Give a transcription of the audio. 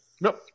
Nope